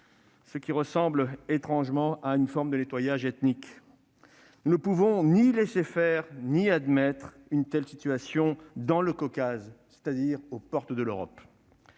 ce qui ressemble étrangement à une forme de nettoyage ethnique. Nous ne pouvons ni laisser faire ni admettre une telle situation dans le Caucase, c'est-à-dire aux portes de l'Europe.